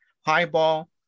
Highball